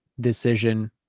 decision